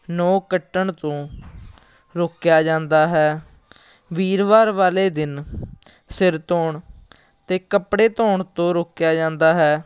ਨਹੁੰ ਕੱਟਣ ਤੋਂ ਰੋਕਿਆ ਜਾਂਦਾ ਹੈ ਵੀਰਵਾਰ ਵਾਲੇ ਦਿਨ ਸਿਰ ਧੋਣ ਅਤੇ ਕੱਪੜੇ ਧੋਣ ਤੋਂ ਰੋਕਿਆ ਜਾਂਦਾ ਹੈ